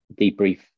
debrief